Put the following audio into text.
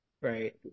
Right